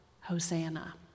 Hosanna